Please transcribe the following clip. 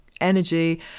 energy